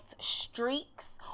streaks